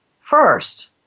first